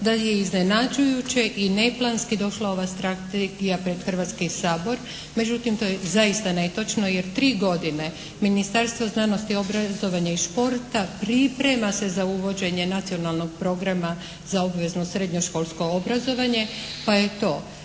da je iznenađujuće i neplanski došla ova strategija pred Hrvatski sabor. Međutim to je zaista netočno jer 3 godine Ministarstvo znanost, obrazovanja i športa priprema se za uvođenje Nacionalnog programa za obvezno srednjoškolsko obrazovanje, pa je to